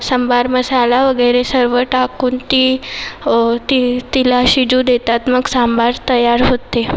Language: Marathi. सांबार मसाला वगैरे सर्व टाकून ती ती तिला शिजू देतात मग सांबार तयार होते